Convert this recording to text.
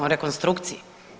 O rekonstrukciji?